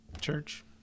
church